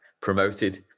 promoted